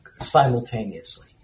simultaneously